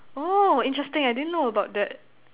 oh interesting I didn't know about that